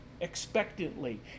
expectantly